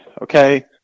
Okay